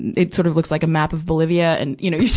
it sort of looks like a map of bolivia. and, you know,